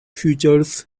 features